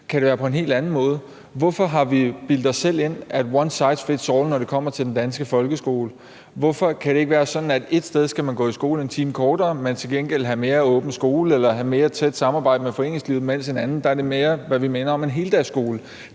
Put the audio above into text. kan det være på en helt anden måde. Hvorfor har vi bildt os selv ind, at one size fits all, når det kommer til den danske folkeskole? Hvorfor kan det ikke være sådan, at ét sted skal man gå i skole en time kortere, men til gengæld have mere åben skole eller have mere tæt samarbejde med foreningslivet, mens en anden minder mere om en heldagsskole?